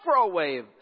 microwave